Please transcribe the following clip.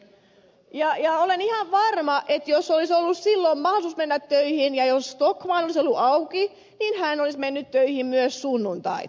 olen ihan varma että jos olisi ollut silloin mahdollisuus mennä töihin ja jos stockmann olisi ollut auki niin hän olisi mennyt töihin myös sunnuntait